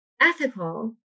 ethical